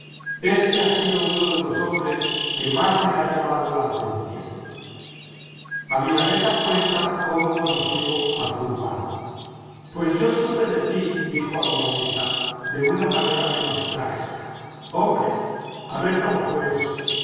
este ha sido uno de los hombres que más me han llamado la atención aviraneta cuenta como conoció a zurbano pues yo supe de ti dijo aviraneta de una manera menos trágica hombre a ver cómo fué eso